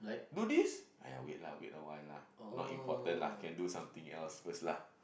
do this !aiya! wait lah wait awhile lah not important lah can do something else first lah